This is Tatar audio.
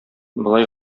болай